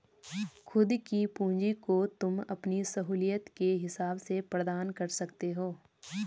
खुद की पूंजी को तुम अपनी सहूलियत के हिसाब से प्रदान कर सकते हो